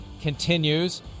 continues